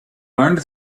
learned